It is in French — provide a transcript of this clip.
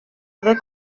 avec